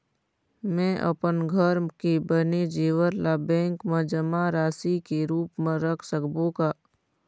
म अपन घर के बने जेवर ला बैंक म जमा राशि के रूप म रख सकबो का?